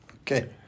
Okay